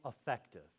effective